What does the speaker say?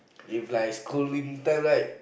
if like schooling time right